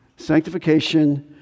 Sanctification